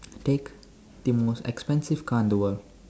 take the most expensive car in the world